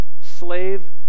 slave